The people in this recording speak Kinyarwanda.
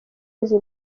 izi